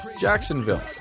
Jacksonville